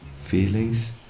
feelings